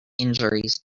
injuries